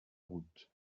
route